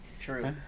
True